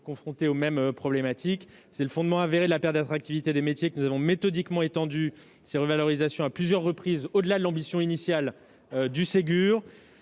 confrontée aux mêmes difficultés. C'est sur le fondement avéré de la perte d'attractivité des métiers que nous avons méthodiquement étendu les revalorisations à plusieurs reprises, au-delà de l'ambition initiale du Ségur.